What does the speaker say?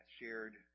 shared